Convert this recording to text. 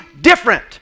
different